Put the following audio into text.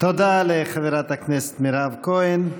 תודה לחברת הכנסת מירב כהן.